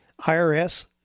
IRS